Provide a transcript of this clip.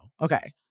okay